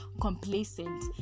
complacent